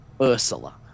Ursula